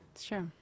Sure